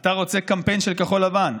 אתה רוצה קמפיין של כחול לבן?